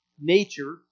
nature